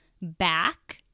back